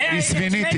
(אומר מספר מילים ברוסית).